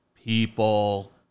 People